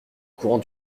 courant